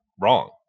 wrong